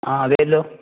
ആ അതേല്ലോ